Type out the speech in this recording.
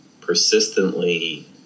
persistently